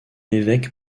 évêque